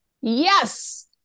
Yes